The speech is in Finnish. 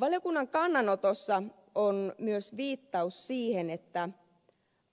valiokunnan kannanotossa on myös viittaus siihen että